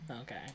Okay